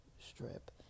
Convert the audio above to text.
strip